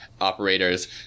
operators